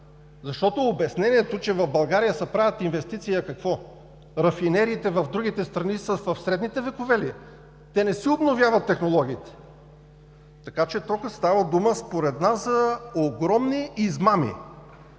защото обяснението, че в България се правят инвестиции, е, какво – рафинериите в другите страни са в средните векове ли? Те не си ли обновяват технологиите? Така че тук става дума според нас за огромни измами!